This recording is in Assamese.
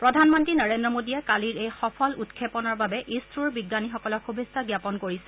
প্ৰধানমন্ত্ৰী নৰেদ্ৰ মোদীয়ে কালিৰ এই সফল উৎক্ষেপনৰ বাবে ইছৰোৰ বিজ্ঞানীসকলক শুভেচ্ছা জাপন কৰিছে